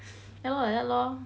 ya lor like that lor